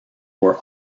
were